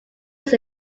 used